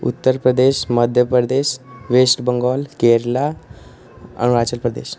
Uttar Pradesh Madhya Pradesh West Bengal Kerala Arunachal Pradesh